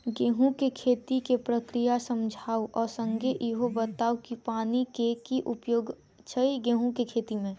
गेंहूँ केँ खेती केँ प्रक्रिया समझाउ आ संगे ईहो बताउ की पानि केँ की उपयोग छै गेंहूँ केँ खेती में?